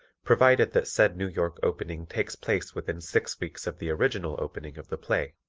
provided that said new york opening takes place within six weeks of the original opening of the play.